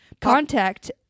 contact